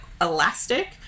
elastic